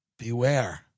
beware